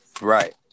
Right